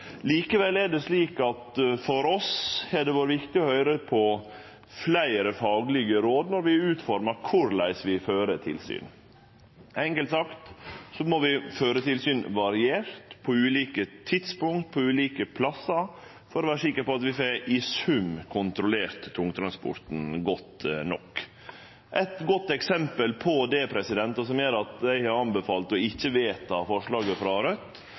Likevel er det slik at for oss har det vore viktig å høyre på fleire faglege råd når vi utformar korleis vi fører tilsyn. Enkelt sagt må vi føre tilsyn variert, på ulike tidspunkt, på ulike plassar, for å vere sikre på at vi i sum får kontrollert tungtransporten godt nok. Eit godt eksempel på det som gjer at eg har anbefalt ikkje å vedta forslaget frå Raudt,